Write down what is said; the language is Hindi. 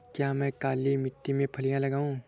क्या मैं काली मिट्टी में फलियां लगाऊँ?